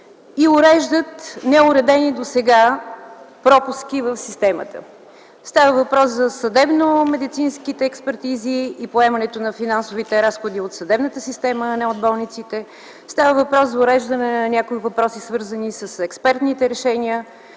Те уреждат неуредени досега пропуски в системата. Става въпрос за съдебно-медицинските експертизи, поемането на финансовите разходи от съдебната система, а не от болницата, уреждане на някои въпроси, свързани с експертните решения,